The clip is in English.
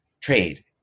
trade